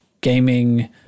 gaming